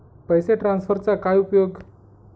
पैसे ट्रान्सफरचा काय उपयोग?